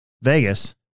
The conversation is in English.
Vegas